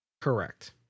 Correct